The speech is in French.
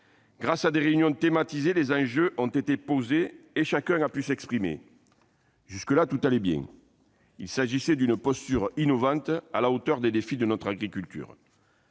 Grâce à des réunions thématisées, les enjeux ont été posés et chacun a pu s'exprimer. Jusque-là, tout allait bien : il s'agissait d'une posture innovante, à la hauteur des défis de notre agriculture.